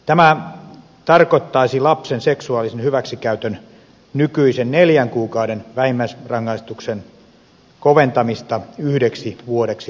tämä tarkoittaisi lapsen seksuaalisen hyväksikäytön nykyisen neljän kuukauden vähimmäisrangaistuksen koventamista yhdeksi vuodeksi vankeutta